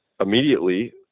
immediately